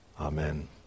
Amen